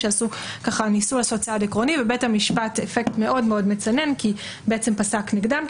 שניסו לעשות צעד עקרוני ובית המשפט באפקט מאוד מצנן פסק נגדם.